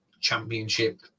championship